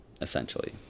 essentially